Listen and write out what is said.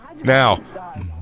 now